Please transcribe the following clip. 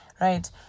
right